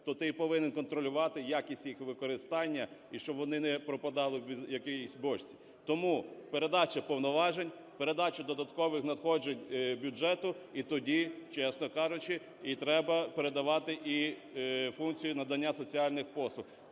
то ти й повинен контролювати якість їх використання, і щоб вони не пропадали в якійсь бочці. Тому передача повноважень, передача додаткових надходжень бюджету, і тоді, чесно кажучи, і треба передавати і функцію надання соціальних послуг.